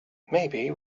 maybe